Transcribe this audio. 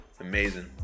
Amazing